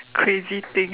crazy thing